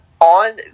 On